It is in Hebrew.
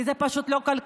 כי זה פשוט לא כלכלי.